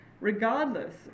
regardless